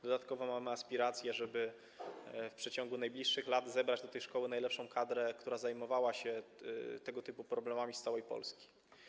Dodatkowo mamy aspiracje, żeby w przeciągu najbliższych lat zebrać do tej szkoły najlepszą kadrę, która zajmowała się tego typu problemami, z całej Polski.